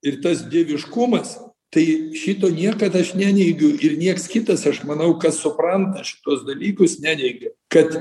ir tas dieviškumas tai šito niekad aš neneigiu ir nieks kitas aš manau kas supranta šituos dalykus neneigia kad